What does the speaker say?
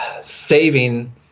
saving